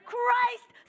Christ